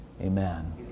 Amen